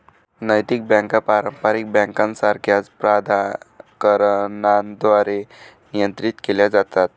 नैतिक बँका पारंपारिक बँकांसारख्याच प्राधिकरणांद्वारे नियंत्रित केल्या जातात